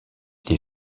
les